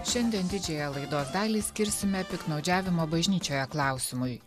šiandien didžiąją laidos dalį skirsime piktnaudžiavimo bažnyčioje klausimui